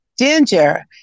Ginger